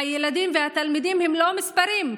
הילדים והתלמידים הם לא מספרים.